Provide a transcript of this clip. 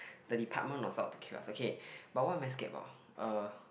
the department of not to kill us okay what am I scared about uh